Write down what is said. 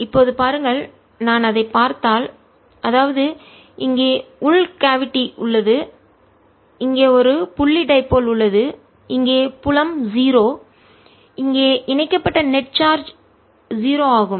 இப்போது பாருங்கள் நான் அதைப் பார்த்தால் அதாவது இங்கே உள் கேவிட்டி குழி உள்ளது இங்கே ஒரு புள்ளி டைபோல்இருமுனை உள்ளது இங்கே புலம் 0 இங்கே இணைக்கப்பட்ட நெட் நிகர சார்ஜ் 0 ஆகும்